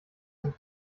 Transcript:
dem